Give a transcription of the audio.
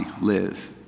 live